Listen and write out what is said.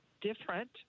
different